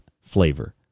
flavor